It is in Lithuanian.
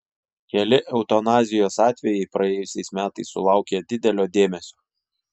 keli eutanazijos atvejai praėjusiais metais sulaukė didelio dėmesio